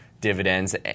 dividends